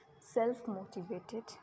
self-motivated